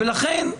לכן,